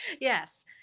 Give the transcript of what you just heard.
Yes